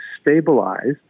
stabilized